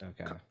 Okay